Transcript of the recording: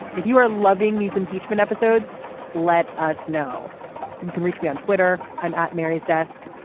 if you are loving these impeachment episodes let us know you can reach me on twitter. i'm at mary's desk.